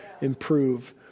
improve